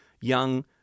young